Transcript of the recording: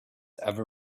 ever